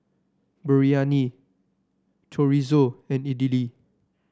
Biryani Chorizo and Idili